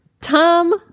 Tom